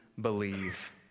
believe